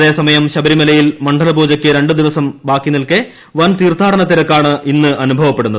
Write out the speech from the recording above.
അതേസമയം ശബരിമലയിൽ മണ്ഡലപൂജയ്ക്ക് രണ്ട് ദിവസം ബാക്കി നിൽക്കെ വൻ തീർത്ഥാടന തിരക്കാണ് ഇന്ന് അനുഭവപ്പെടുന്നത്